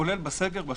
כולל בסדר,